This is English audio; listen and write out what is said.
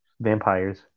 Vampires